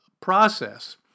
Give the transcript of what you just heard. process